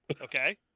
okay